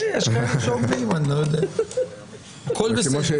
כן, יש כאלה שאומרים, אני לא יודע, הכל בסדר.